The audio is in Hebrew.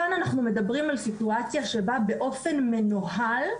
כאן אנחנו מדברים על סיטואציה שבה באופן מנוהל --- יקירה,